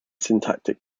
syntactic